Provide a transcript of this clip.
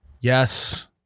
yes